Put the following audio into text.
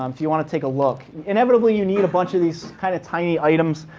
um if you want to take a look. inevitably, you need a bunch of these kind of tiny items.